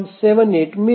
78 मिळेल